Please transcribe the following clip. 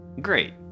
Great